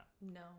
no